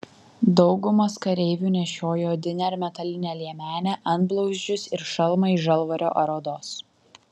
daugumas kareivių nešiojo odinę ar metalinę liemenę antblauzdžius ir šalmą iš žalvario ar odos